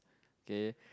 okay